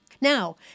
Now